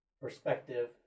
perspective